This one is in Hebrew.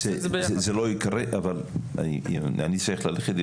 אני צריך ללכת.